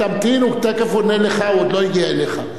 תמתין, הוא תיכף עונה לך, הוא עוד לא הגיע אליך.